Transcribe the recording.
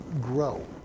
grow